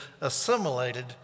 assimilated